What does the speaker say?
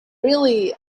really